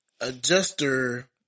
adjuster